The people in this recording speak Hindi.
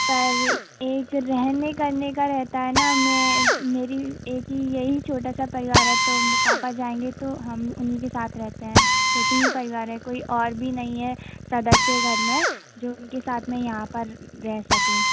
पर एक रहने करने का रहता है ना मैं मेरी एक ही यही छोटा सा परिवार है तो पापा जाएंगे तो हम उनके साथ रहते हैं छोटी ही परिवार है कोई और भी नहीं है सदस्य घर में जो इनके साथ मैं यहाँ पर रह सकूँ